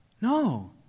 No